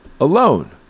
alone